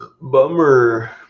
Bummer